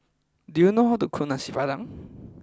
do you know how to cook Nasi Padang